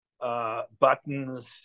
Buttons